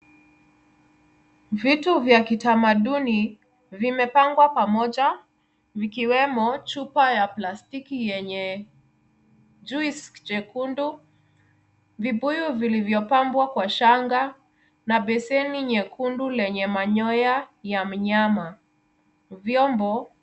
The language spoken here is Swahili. Vitu vya kitamaduni, vimepangwa pamoja. Vikiwemo chupa ya plastiki yenye juice jekundu, vibuyu vilivyopambwa kwa shanga, na beseni nyekundu lenye manyoya ya mnyama ,vyombo.